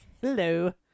hello